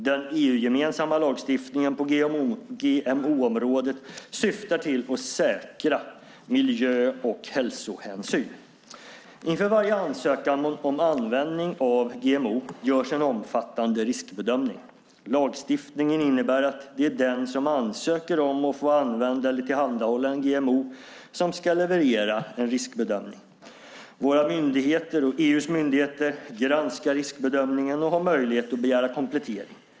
Den EU-gemensamma lagstiftningen på GMO-området syftar till att säkra miljö och hälsohänsyn. Inför varje ansökan om användning av GMO görs en omfattande riskbedömning. Lagstiftningen innebär att det är den som ansöker om att få använda eller tillhandahålla en GMO som ska leverera en riskbedömning. Våra myndigheter och EU:s myndigheter granskar riskbedömningen och har möjlighet att begära komplettering.